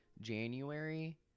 January –